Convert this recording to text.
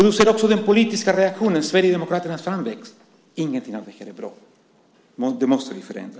Du ser också den politiska reaktionen, Sverigedemokraternas framväxt. Ingenting av detta är bra. Det måste vi förändra.